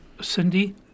Cindy